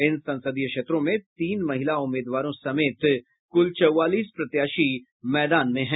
इन संसदीय क्षेत्रों में तीन महिला उम्मीदवारों समेत कुल चौवालीस प्रत्याशी मैदान में हैं